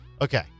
Okay